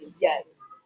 Yes